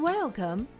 Welcome